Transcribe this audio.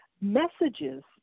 messages